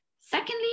secondly